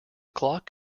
clock